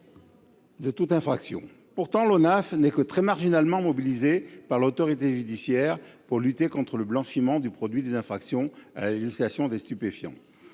les infractions. Il n’est pourtant que très marginalement mobilisé par l’autorité judiciaire pour lutter contre le blanchiment du produit des infractions à la législation sur les stupéfiants.